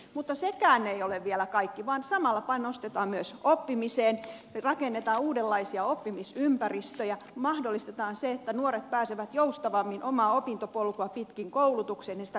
mutta sekään ei ole vielä kaikki vaan samalla panostetaan myös oppimiseen rakennetaan uudenlaisia oppimisympäristöjä mahdollistetaan se että nuoret pääsevät joustavammin omaa opintopolkua pitkin koulutukseen ja sitä kautta työelämään